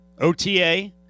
OTA